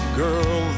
girl